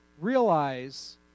Realize